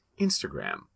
Instagram